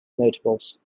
notables